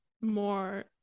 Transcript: more